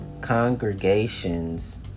congregations